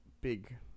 big